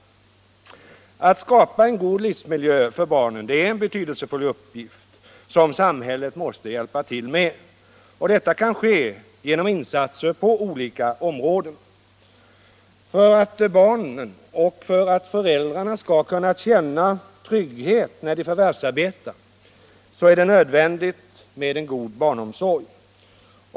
All skapa en god livsmiljö för barnen är en betydelsefull uppgift som samhället måste hjälpa till med. Detta kan ske genom insatser på olika områden. För att barnen och föräldrarna skall känna trygghet när föräldrarna förvärvsarbetar är det nödvändigt med en god barnomsorg.